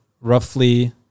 roughly